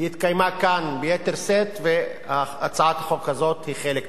היא התקיימה כאן ביתר שאת והצעת החוק הזאת היא חלק ממנה.